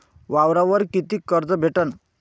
वावरावर कितीक कर्ज भेटन?